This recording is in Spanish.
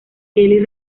kelly